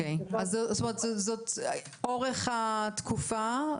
כלומר אורך התקופה,